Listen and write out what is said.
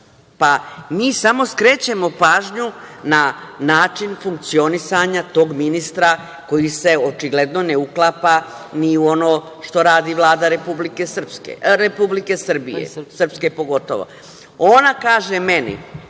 Mi samo skrećemo pažnju na način funkcionisanja tog ministra koji se očigledno ne uklapa ni u ono što radi Vlada Republike Srbije, Srpske pogotovo. Ona kaže meni